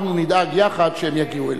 אנחנו נדאג יחד שהם יגיעו אליו.